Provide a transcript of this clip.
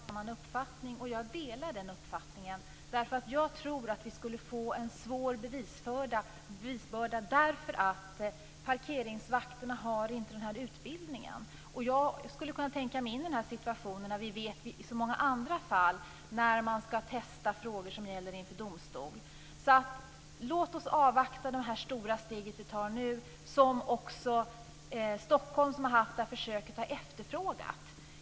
Fru talman! Majoriteten i utskottet har en annan uppfattning, och jag delar den uppfattningen. Jag tror att vi skulle få en svår bevisbörda, därför att parkeringsvakterna inte har den utbildningen. Jag skulle kunna tänka mig in i den situationen, för vi känner till så många andra fall där man skall testa frågor som gäller inför domstol. Låt oss avvakta det stora steg som vi tar nu, som också Stockholm, som har haft det här försöket, har efterfrågat.